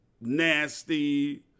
nasty